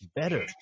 better